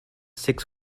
six